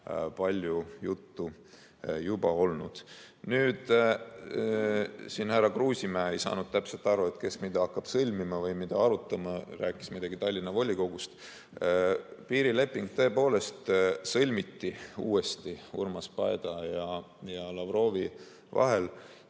palju juttu olnud. Härra Kruusimäe ei saanud täpselt aru, kes mida hakkab sõlmima või mida arutama. Ta rääkis midagi Tallinna volikogust. Piirileping tõepoolest sõlmiti uuesti Urmas Paeti ja Lavrovi vahel.